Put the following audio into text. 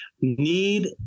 need